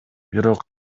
бирок